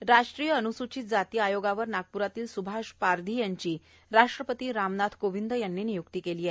सदस्य दौरा राष्ट्रीय अनुसूचित जाति आयोगावर नागप्रातील सुभाष पारधी यांची राष्ट्रपति रामनाथ कोविंद यांनी नियुक्ति केली आहे